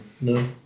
No